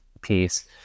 piece